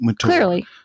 clearly